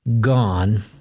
gone